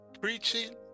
preaching